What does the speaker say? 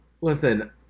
Listen